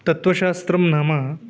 तत्वशास्त्रं नाम